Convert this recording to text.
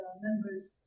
members